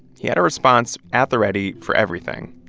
he had a response at the ready for everything.